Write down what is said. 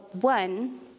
one